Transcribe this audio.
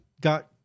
got